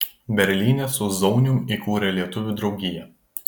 berlyne su zaunium įkūrė lietuvių draugiją